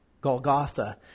Golgotha